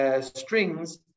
strings